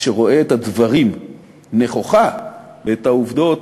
שרואה נכוחה את הדברים ואת העובדות,